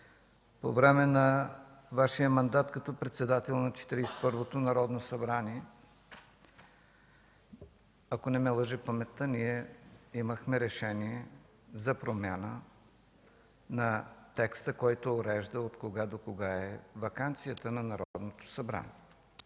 по време на Вашия мандат като председател на Четиридесет и първото Народно събрание, ако не ме лъже паметта, ние имахме решение за промяна на текста, който урежда от кога до кога е ваканцията на Народното събрание.